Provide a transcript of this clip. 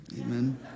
Amen